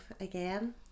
again